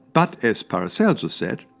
but as paracelsus said,